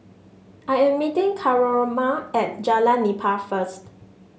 I am meeting Coraima at Jalan Nipah first